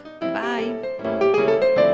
Bye